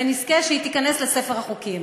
שנזכה שהיא תיכנס לספר החוקים.